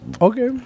Okay